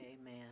amen